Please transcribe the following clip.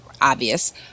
obvious